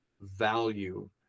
value